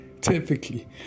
typically